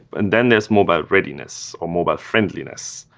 and then there's mobile readiness, or mobile friendliness.